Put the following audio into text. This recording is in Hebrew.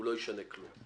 הוא לא ישנה כלום.